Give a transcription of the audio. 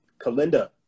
Kalinda